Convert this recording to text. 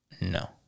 No